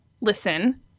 Listen